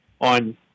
on